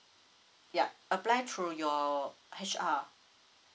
yup apply through your so H_R